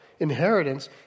Inheritance